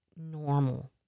normal